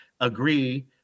agree